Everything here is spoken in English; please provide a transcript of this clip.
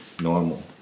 normal